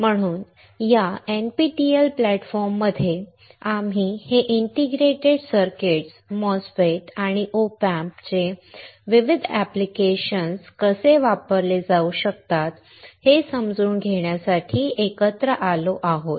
म्हणून या NPTEL प्लॅटफॉर्ममध्ये आम्ही हे इंटिग्रेटेड सर्किट्स MOSFET आणि OP Amps विविध ऍप्लिकेशन्ससाठी कसे वापरले जाऊ शकतात हे समजून घेण्यासाठी एकत्र आलो आहोत